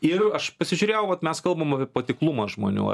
ir aš pasižiūrėjau vat mes kalbam apie patiklumą žmonių